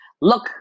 Look